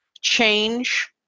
change